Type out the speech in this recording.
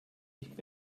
nicht